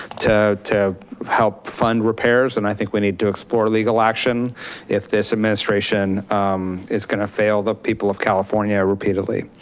to to help fund repairs and i think we need to explore legal action if this administration is gonna to fail the people of california repeatedly.